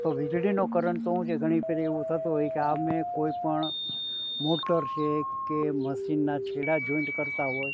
તો વીજળીનો કરંટ તો શું છે ઘણી ફેરે એવું થતું હોય કે આ મેં કોઈપણ મોટર છે કે મશીનના છેડાં જોઈન્ટ કરતાં હોય